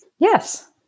Yes